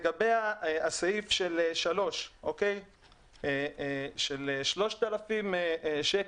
לגבי סעיף (3), 3,000 שקלים.